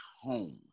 home